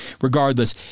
regardless